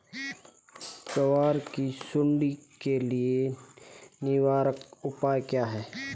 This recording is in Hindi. ग्वार की सुंडी के लिए निवारक उपाय क्या है?